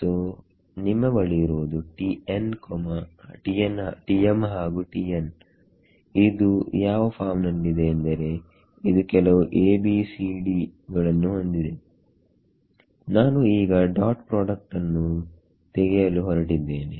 so ನಿಮ್ಮ ಬಳಿ ಇರುವುದು ಹಾಗೂ ಇದು ಯಾವ ಫಾರ್ಮ್ ನಲ್ಲಿದೆ ಎಂದರೆ ಇದು ಕೆಲವು A B C D ಗಳನ್ನು ಹೊಂದಿದೆ ನಾನು ಈಗ ಡಾಟ್ ಪ್ರೊಡಕ್ಟ್ ನ್ನು ತೆಗೆಯಲು ಹೊರಟಿದ್ದೇನೆ